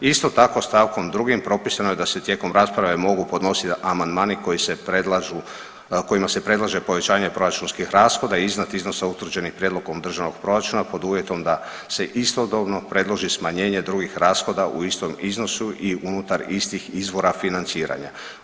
Isto tako, st. 2. propisano je da se tijekom rasprave mogu podnositi amandmani koji se predlažu, kojima se predlaže povećanje proračunskih rashoda iznad iznosa utvrđenih prijedlogom državnog proračuna pod uvjetom da se istodobno predloži smanjenje drugih rashoda u istom iznosu i unutar istih izvora financiranja.